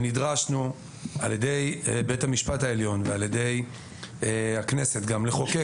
ונדרשנו על ידי בית המשפט העליון וגם על ידי הכנסת לחוקק